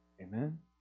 Amen